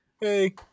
Hey